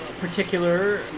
particular